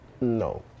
No